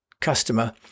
customer